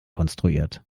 konstruiert